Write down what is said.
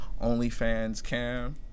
OnlyFansCam